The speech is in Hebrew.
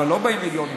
אבל לא באים מיליונים.